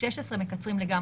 ב-16 מקצרים לגמרי.